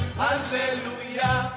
Hallelujah